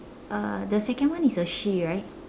uh the second one is a she right